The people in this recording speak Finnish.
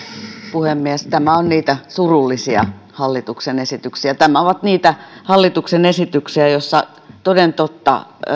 puhemies tämä on niitä surullisia hallituksen esityksiä tämä on niitä hallituksen esityksiä joissa toden totta